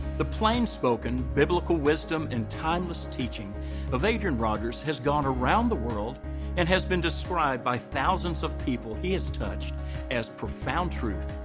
the plain-spoken, biblical-wisdom and timeless teaching of adrian rogers has gone around the world and has been described by thousands of people he has touched as profound truth,